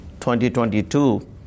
2022